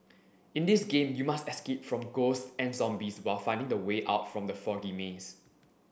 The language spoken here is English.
in this game you must escape from ghosts and zombies while finding the way out from the foggy maze